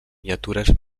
miniatures